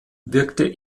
wirkte